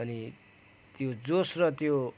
अनि त्यो जोस र त्यो